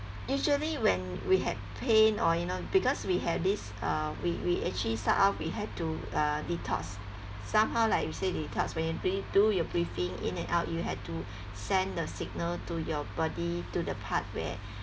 usually when we have pain or you know because we have this uh we we actually start off we have to uh detox somehow like you say detox when you really do your breathing in and out you had to send the signal to your body to the part where